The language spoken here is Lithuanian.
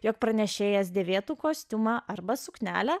jog pranešėjas dėvėtų kostiumą arba suknelę